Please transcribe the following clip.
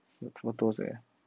group photo leh